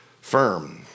firm